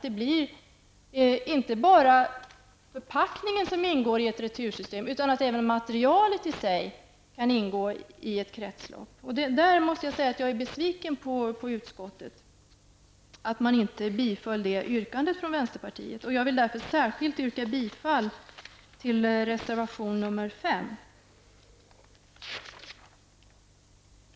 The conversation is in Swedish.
Det skall inte bara vara förpackningen som skall ingå i ett retursystem, utan det kan också vara så att varans material ingår i ett kretslopp. Jag måste säga att jag är besviken på utskottet därför att det inte tillstyrkte yrkandet på den punkten från vänsterpartiet. Jag vill särskilt yrka bifall till reservation nr 5.